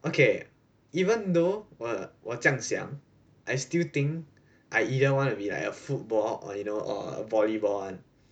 okay even though 我我这样想 I still think I either want to be like a football or you know or a volleyball [one]